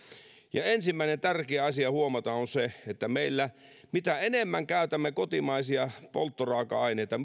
ensimmäinen tärkeä asia huomata on se että mitä enemmän käytämme kotimaisia polttoraaka aineita